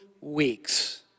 weeks